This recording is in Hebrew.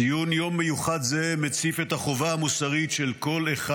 ציון יום מיוחד זה מציף את החובה המוסרית של כל אחד